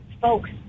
folks